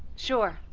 sure!